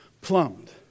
plumbed